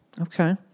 Okay